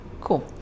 cool